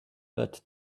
but